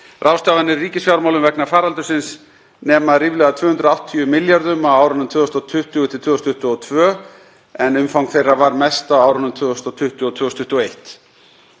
Ráðstafanir í ríkisfjármálum vegna faraldursins nema ríflega 280 milljörðum kr. á árunum 2020–2022 en umfang þeirra var mest á árunum 2020 og 2021.